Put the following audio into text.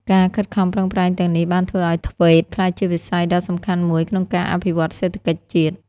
ការខិតខំប្រឹងប្រែងទាំងនេះបានធ្វើឱ្យ ធ្វេត TVET ក្លាយជាវិស័យដ៏សំខាន់មួយក្នុងការអភិវឌ្ឍសេដ្ឋកិច្ចជាតិ។